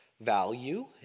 value